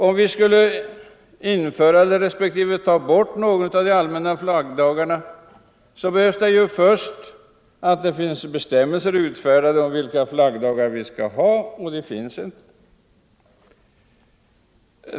Om vi skulle införa respektive ta bort någon av de allmänna flaggdagarna måste det ju dessförinnan finnas bestämmelser utfärdade om vilka flaggdagar vi skall ha — och det finns inte.